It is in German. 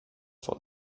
von